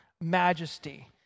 majesty